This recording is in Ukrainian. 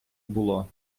було